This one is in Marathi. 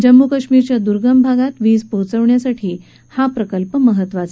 जम्मू कश्मीरमधल्या दुर्गम भागात वीज पोहोचवण्यासाठी हा प्रकल्प महत्त्वाचा आहे